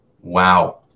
Wow